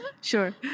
sure